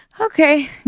Okay